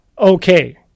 Okay